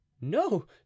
No